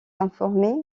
informé